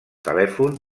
telèfon